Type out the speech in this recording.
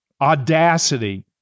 audacity